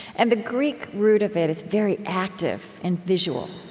and the greek root of it is very active and visual.